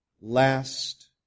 last